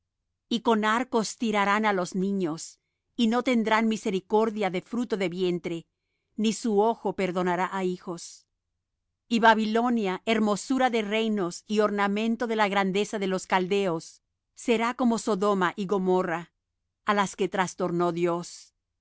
y con arcos tirarán á los niños y no tendrán misericordia de fruto de vientre ni su ojo perdonará á hijos y babilonia hermosura de reinos y ornamento de la grandeza de los caldeos será como sodoma y gomorra á las que trastornó dios